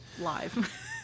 live